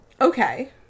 Okay